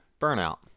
Burnout